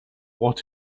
what